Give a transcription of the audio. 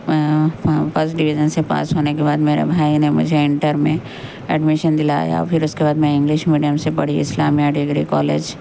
میں first division سے pass ہونے کے بعد میرے بھائی نے مجھے انٹر میں ایڈمیشن دلایا پھر اس کے بعد میں انگلش میڈیم سے پڑھی اسلامیہ ڈگری کالج